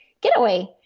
getaway